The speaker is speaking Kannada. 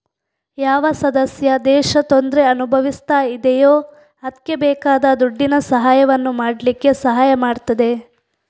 ಯಾವ ಸದಸ್ಯ ದೇಶ ತೊಂದ್ರೆ ಅನುಭವಿಸ್ತಾ ಇದೆಯೋ ಅದ್ಕೆ ಬೇಕಾದ ದುಡ್ಡಿನ ಸಹಾಯವನ್ನು ಮಾಡ್ಲಿಕ್ಕೆ ಸಹಾಯ ಮಾಡ್ತದೆ